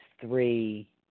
three